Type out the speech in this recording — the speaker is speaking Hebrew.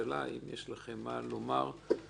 אם יש לכם מה לומר בהקשר,